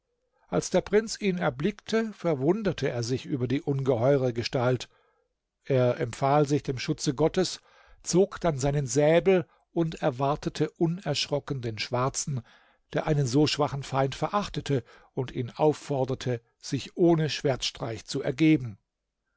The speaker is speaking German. als der prinz ihn erblickte verwunderte er sich über die ungeheure gestalt er empfahl sich dem schutze gottes zog dann seinen säbel und erwartete unerschrocken den schwarzen der einen so schwachen feind verachtete und ihn aufforderte sich ohne schwertstreich zu ergeben